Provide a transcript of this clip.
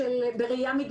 אני כרגע מסתכלת מבחינה